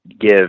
give